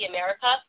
America